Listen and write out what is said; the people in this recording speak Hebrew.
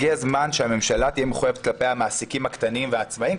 הגיע הזמן שהממשלה תהיה מחויבת כלפי המעסיקים הקטנים והעצמאים,